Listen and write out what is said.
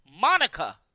Monica